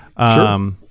Sure